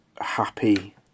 happy